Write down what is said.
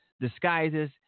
disguises